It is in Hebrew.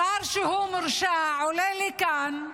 שר שהוא מורשע עולה לכאן,